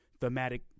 thematic